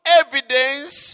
evidence